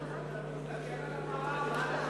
תסתכל על המראה, מה אתה מתחמק?